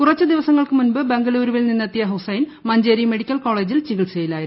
കുറച്ച് ദിവസങ്ങൾക്ക് മുമ്പ് ബംഗളൂരുവിൽ നിന്നെത്തിയ ഹുസൈൻ മഞ്ചേരി മെഡിക്കൽ കോളേജിൽ ചികിത്സയിലായിരുന്നു